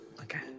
Okay